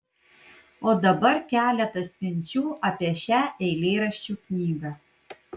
o dabar keletas minčių apie šią eilėraščių knygą